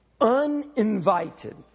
Uninvited